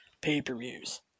pay-per-views